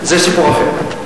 זה סיפור אחר.